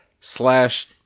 slash